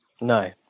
No